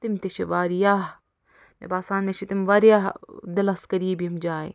تِم تہِ چھِ واریاہ مےٚ باسان مےٚ چھِ تِم واریاہ دِلَس قریٖب یِم جایہِ